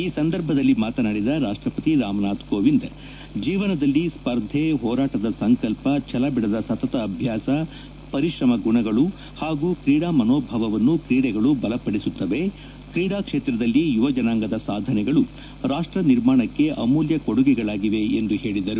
ಈ ಸಂದರ್ಭದಲ್ಲಿ ಮಾತನಾಡಿದ ರಾಷ್ಟಪತಿ ರಾಮನಾಥ್ ಕೋವಿಂದ್ ಜೀವನದಲ್ಲಿ ಸ್ಪರ್ಧೆ ಹೋರಾಟದ ಸಂಕಲ್ಪ ಛಲಬಿಡದ ಸತತ ಅಭ್ಯಾಸ ಪರಿಶ್ರಮ ಗುಣಗಳು ಹಾಗೂ ಕ್ರೀಡಾ ಮನೋಭಾವವನ್ನು ಕ್ರೀಡೆಗಳು ಬಲಪಡಿಸುತ್ತವೆ ಕ್ರೀಡಾ ಕ್ಷೇತ್ರದಲ್ಲಿ ಯುವಜನಾಂಗದ ಸಾಧನೆಗಳು ರಾಷ್ವ ನಿರ್ಮಾಣಕ್ಕೆ ಅಮೂಲ್ಯ ಕೊಡುಗೆಗಳಾಗಿವೆ ಎಂದು ಹೇಳದರು